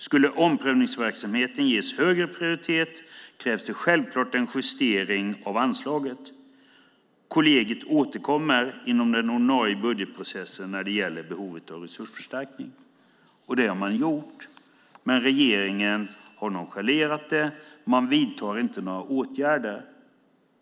Skulle omprövningsverksamheten ges högre prioritet krävs det självklart en justering av anslaget. Kollegiet återkommer inom den ordinarie budgetprocessen när det gäller behovet av resursförstärkning." Det har de gjort. Men regeringen har nonchalerat detta och vidtar inte några åtgärder.